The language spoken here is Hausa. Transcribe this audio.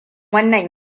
wannan